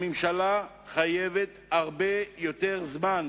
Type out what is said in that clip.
הממשלה צריכה הרבה יותר זמן.